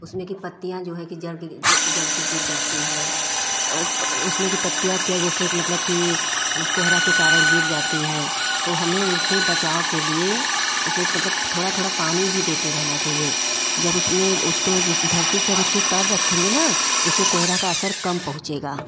उसमें की पत्तियाँ जो है जल के गिर जाती है उसमें की पत्तियाँ वत्तीयाँ जैसे मतलब की कोहरा के कारण गिर जाती है तो हमें उनसे बचाओ के लिए उसे मतलब थोड़ा थोड़ा पानी भी देते रहना चाहिए जब उसमें उसको धरती से तर रखेंगे न तो उससे कोहरा का असर कम पहुँचेगा